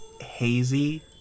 hazy